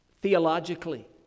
theologically